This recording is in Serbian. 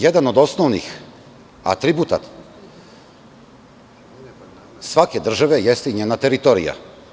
Jedan od osnovnih atributa svake države jeste i njena teritorija.